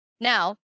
Now